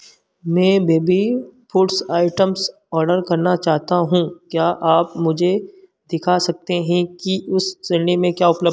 मैं baby foods items order करना चाहता हूँ क्या आप मुझे दिखा सकते हैं कि उस श्रेणी में क्या उपलब्ध